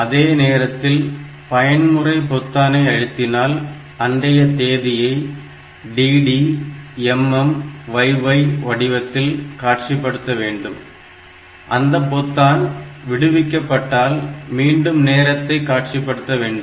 அதே நேரத்தில் பயன்முறை பொத்தானை அழுத்தினால் அன்றைய தேதியை dd mm yy வடிவத்தில் காட்சிப்படுத்த வேண்டும் அந்த பொத்தான் விடுவிக்கப்பட்டால் மீண்டும் நேரத்தை காட்சிப்படுத்த வேண்டும்